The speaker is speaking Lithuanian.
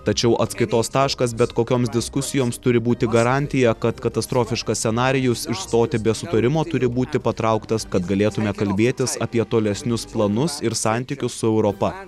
tačiau atskaitos taškas bet kokioms diskusijoms turi būti garantija kad katastrofiškas scenarijus išstoti be sutarimo turi būti patrauktas kad galėtume kalbėtis apie tolesnius planus ir santykius su europa